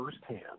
firsthand